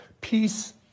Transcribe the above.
Peace